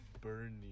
Bernie